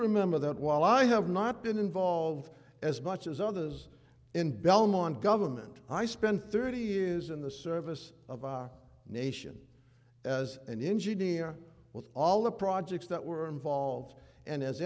remember that while i have not been involved as much as others in belmont government i spent thirty years in the service of our nation as an engineer with all the projects that were involved and as